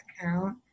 account